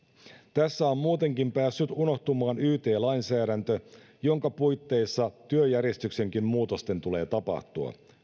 tässä on muutenkin päässyt unohtumaan yt lainsäädäntö jonka puitteissa työjärjestyksenkin muutosten tulee tapahtua